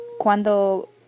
Cuando